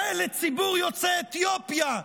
ולציבור יוצאי אתיופיה,